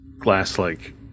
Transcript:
glass-like